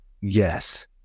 Yes